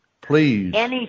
please